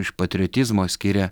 iš patriotizmo skiria